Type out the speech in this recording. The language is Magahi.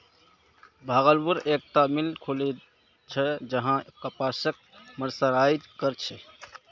भागलपुरत एकता मिल खुलील छ जहां कपासक मर्सराइज कर छेक